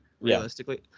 realistically